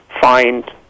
find